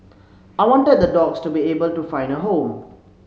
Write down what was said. I wanted the dogs to be able to find a home